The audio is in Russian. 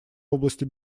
области